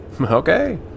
Okay